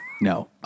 No